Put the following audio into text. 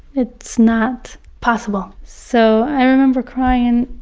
it's not possible. so i remember crying,